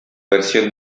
versión